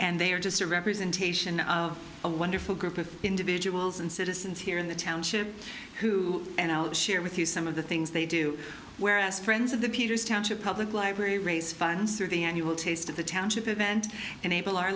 and they are just a representation of a wonderful group of individuals and citizens here in the township who and i'll share with you some of the things they do where as friends of the peters township public library raise funds through the annual taste of the township event enable our